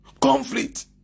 Conflict